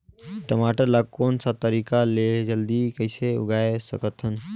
टमाटर ला कोन सा तरीका ले जल्दी कइसे उगाय सकथन?